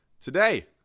today